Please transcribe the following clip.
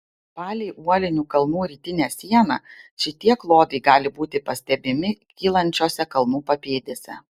palei uolinių kalnų rytinę sieną šitie klodai gali būti pastebimi kylančiose kalnų papėdėse